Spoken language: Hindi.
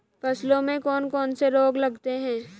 फसलों में कौन कौन से रोग लगते हैं?